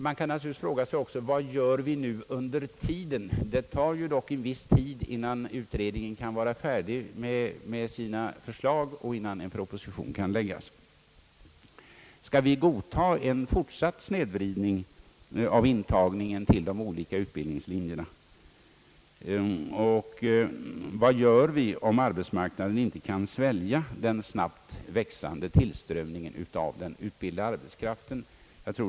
Man kan naturligtvis fråga vad vi gör under tiden. Det tar dock en viss tid innan utredningen kan vara färdig med sina förslag och innan en proposition kan läggas fram. Skall vi godta en fortsatt snedvridning av intagningen till de olika utbildningslinjerna? Och vad gör vi om arbetsmarknaden inte kan svälja den snabbt växande tillströmningen av den utbildade arbetskraften?